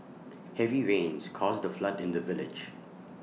heavy rains caused A flood in the village